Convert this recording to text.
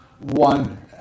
one